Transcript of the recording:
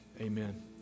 amen